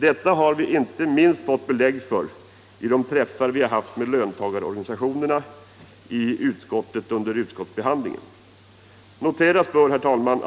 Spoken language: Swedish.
Detta har vi fått belägg för inte minst vid de träffar som vi haft med löntagarorganisationer i utskottet under behandlingen av propositionen.